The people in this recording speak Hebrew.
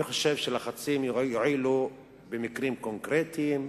אני חושב שלחצים יועילו במקרים קונקרטיים,